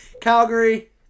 Calgary